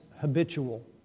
habitual